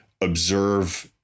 observe